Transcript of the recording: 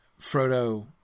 Frodo